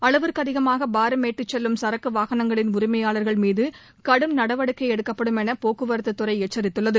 அளவிற்கு அதிகமாக பாரம் ஏற்றிச் செல்லும் சரக்கு வாகனங்களின் உரிமையாளர்கள்மீது கடும் நடவடிக்கை எடுக்கப்படும் என போக்குவரத்து துறைச்சரித்துள்ளது